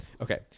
Okay